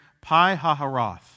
Pi-haharoth